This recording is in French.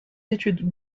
d’études